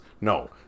No